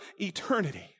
eternity